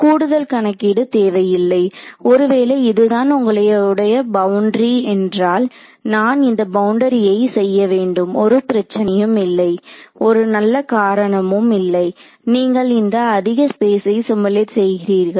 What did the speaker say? கூடுதல் கணக்கீடு தேவையில்லை ஒருவேளை இதுதான் உங்களுடைய பவுண்டரி என்றால் நான் இந்த பவுண்டரியை செய்யவேண்டும் ஒரு பிரச்சினையும் இல்லை ஒரு நல்ல காரணமும் இல்லை நீங்கள் இந்த அதிக ஸ்பேஸை சிமுலேட் செய்கிறீர்கள்